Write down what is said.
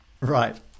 Right